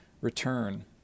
return